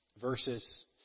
verses